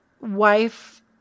wife